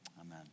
Amen